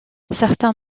certains